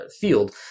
field